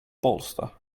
bolster